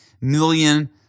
million